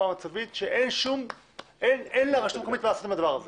מצבית כשאין לרשות מה לעשות עם הדבר הזה